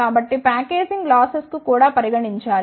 కాబట్టి packaging losses ను కూడా పరిగణించాలి